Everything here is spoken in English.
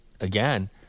again